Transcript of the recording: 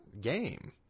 game